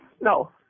no